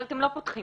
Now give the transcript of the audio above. אבל אתם לא פותחים.